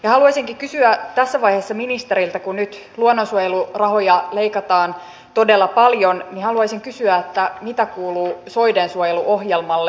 haluaisinkin kysyä tässä vaiheessa ministeriltä kun nyt luonnonsuojelurahoja leikataan todella paljon mitä kuuluu soidensuojeluohjelmalle